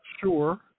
sure